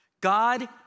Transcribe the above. God